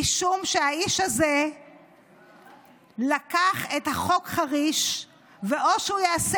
משום שהאיש הזה לקח את חוק חריש ואו שהוא יעשה